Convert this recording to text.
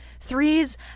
threes